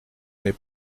n’est